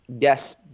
Yes